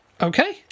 Okay